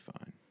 fine